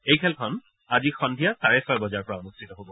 এই খেলখন আজি সন্ধিয়া চাৰে ছয় বজাৰ পৰা অনুষ্ঠিত হব